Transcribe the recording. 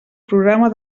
programa